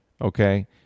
Okay